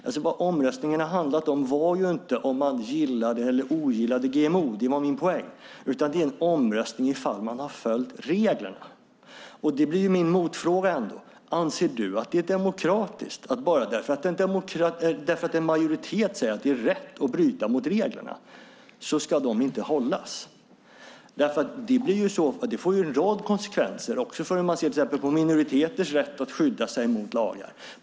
Men vad omröstningen har handlat om var inte om man gillade eller ogillade GMO, vilket var min poäng, utan det är en omröstning om huruvida man har följt reglerna. Det blir min motfråga: Anser Jens Holm att det är demokratiskt att bara för att en majoritet säger att det är rätt att bryta mot reglerna så ska de inte följas? Det får en rad konsekvenser också för hur man ser till exempel på minoriteters rätt att skydda sig mot lagar.